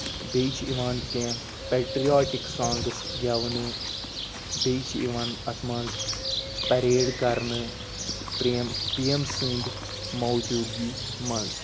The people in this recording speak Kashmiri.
بیٚیہِ چھِ یِوان کیٚنہہ پٮ۪ٹرِیاٹِک سانگٕس گٮ۪ونہٕ بیٚیہِ چھِ یِوان اَتھ منٛز پَریڈ کرنہٕ پرایم پی ایم سٕندۍ موجوٗدگی منٛز